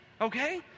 okay